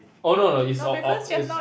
oh oh no no it's err err it's